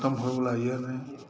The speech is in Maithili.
ख़तम होयवला यऽ नहि